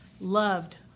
loved